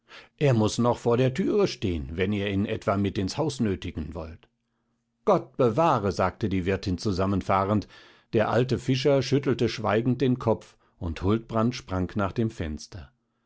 er muß noch vor der türe stehen wenn ihr ihn etwa mit ins haus nötigen wollt gott bewahre sagte die wirtin zusammenfahrend der alte fischer schüttelte schweigend den kopf und huldbrand sprang nach dem fenster